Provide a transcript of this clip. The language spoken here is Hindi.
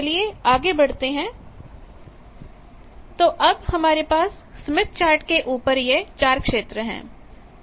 चलिए आगे बढ़ते हैं तो अब हमारे पास स्मिथ चार्ट के ऊपर यह चार क्षेत्र है